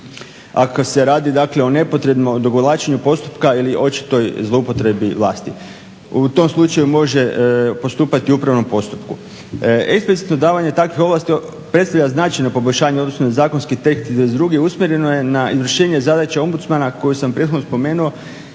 Ako se radi dakle o nepotrebnom odugovlačenju postupka ili očitoj zloupotrebi vlasti, u tom slučaju može postupati u upravnom postupku. Eksplicitno davanje takvih ovlasti predstavlja značajno poboljšanje u odnosu za zakonski …/Govornik se ne razumije./… Usmjereno je na izvršenje zadaće ombudsmana koju sam prethodno spomenuo